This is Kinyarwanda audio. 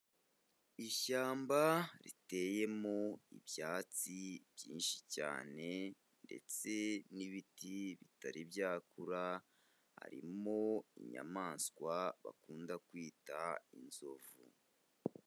Ishyamba riteyemo ibyatsi byinshi cyane ndetse n'ibiti bitari byakura, harimo inyamaswa bakunda kwita inzovu.